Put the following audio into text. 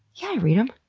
yeah, i read em!